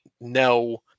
No